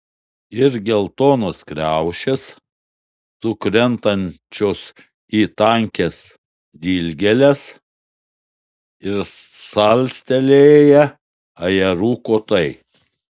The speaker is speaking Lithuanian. ir geltonos kriaušės sukrentančios į tankias dilgėles ir salstelėję ajerų kotai